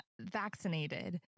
vaccinated